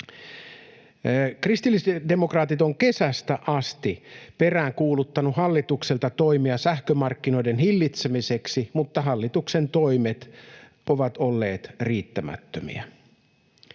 Kristillisdemokraatit ovat kesästä asti peräänkuuluttaneet hallitukselta toimia sähkömarkkinoiden hillitsemiseksi, mutta hallituksen toimet ovat olleet riittämättömiä.